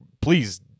Please